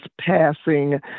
passing